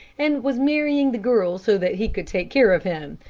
and was marrying the girl so that he could take care of him,